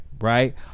right